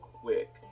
quick